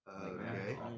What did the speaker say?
Okay